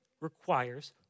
requires